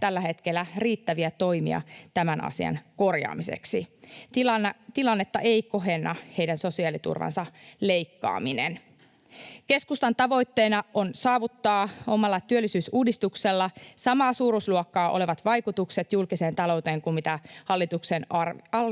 tällä hetkellä riittäviä toimia tämän asian korjaamiseksi. Tilannetta ei kohenna heidän sosiaaliturvansa leikkaaminen. Keskustan tavoitteena on saavuttaa omalla työllisyysuudistuksella samaa suuruusluokkaa olevat vaikutukset julkiseen talouteen kuin mitä